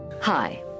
Hi